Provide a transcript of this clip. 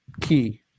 key